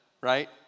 right